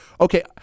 okay